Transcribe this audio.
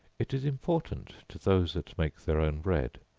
it is important to those that make their own bread,